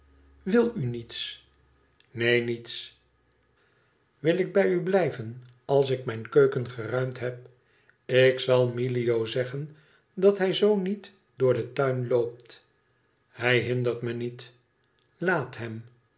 wil uniets neen niets wil ik bij u blijven als ik mijn keuken geruimd heb ik zal milio zeggen dat hij zoo niet door den tuin loopt hij hindert me niet laat hem